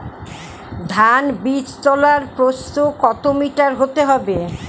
ধান বীজতলার প্রস্থ কত মিটার হতে হবে?